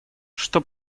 что